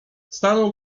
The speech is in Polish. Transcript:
stanął